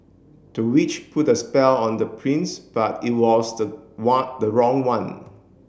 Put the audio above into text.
the witch put the spell on the prince but it was the one the wrong one